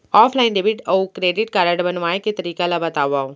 Offline debit अऊ credit card बनवाए के तरीका ल बतावव?